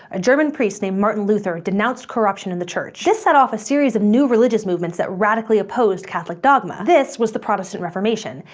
a german priest named martin luther denounced corruption in the church. this set off a series of new religious movements that radically opposed catholic dogma. this was the protestant reformation.